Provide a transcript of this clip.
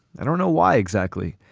i don't know why exactly.